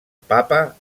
papa